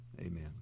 Amen